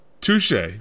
Touche